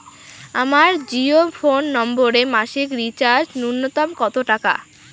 আমার জিও ফোন নম্বরে মাসিক রিচার্জ নূন্যতম কত টাকা?